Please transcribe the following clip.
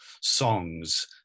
songs